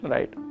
Right